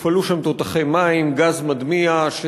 הופעלו שם תותחי מים וגז מדמיע,